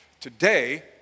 Today